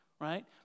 Right